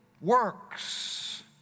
works